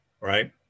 Right